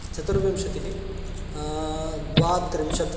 चतुर्विंशतिः द्वात्रिंशत्